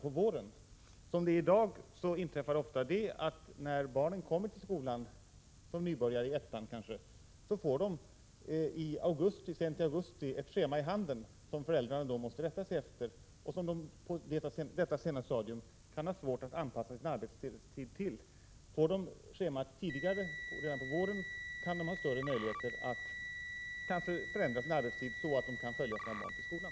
I dag inträffar det ofta att barnen kommer till skolan som nybörjare sent i augusti och får ett schema i handen som föräldrarna måste rätta sig efter och som de på detta sena stadium kan ha svårt att anpassa sin arbetstid till. Om de får schemat tidigare, på våren, har de större möjligheter att förändra sin arbetstid så att de kan följa sina barn till skolan.